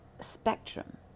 spectrum